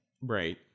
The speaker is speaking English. right